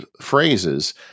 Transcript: phrases